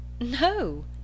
No